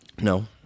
No